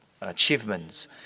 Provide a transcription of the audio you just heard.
achievements